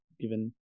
given